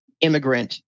immigrant